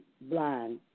blind